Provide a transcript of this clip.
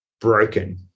broken